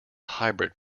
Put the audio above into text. hybrid